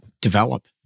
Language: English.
develop